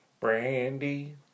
Brandy